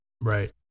Right